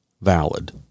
valid